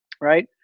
Right